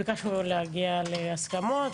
ביקשנו להגיע להסכמות.